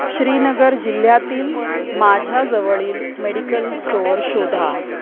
श्रीनगर जिल्ह्यातील माझ्याजवळील medical store शोधा